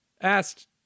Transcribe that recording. asked